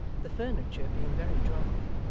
the furniture being very dry,